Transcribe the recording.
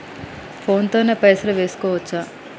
Phone తోని పైసలు వేసుకోవచ్చా?